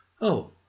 Oh